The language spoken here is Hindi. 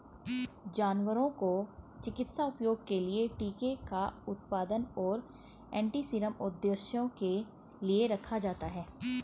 जानवरों को चिकित्सा उपयोग के लिए टीके का उत्पादन और एंटीसीरम उद्देश्यों के लिए रखा जाता है